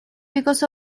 because